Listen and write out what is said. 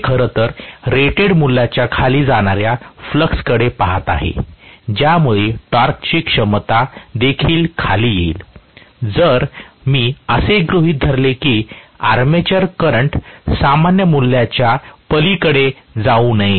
हे खरं तर रेटेड मूल्याच्या खाली जाणाऱ्या फ्लक्स कडे पहात आहे ज्यामुळे टॉर्कची क्षमता देखील खाली येईल जर मी असे गृहित धरले की आर्मेचर करंट सामान्य मूल्यांच्या पलीकडे जाऊ नये